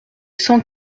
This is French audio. cent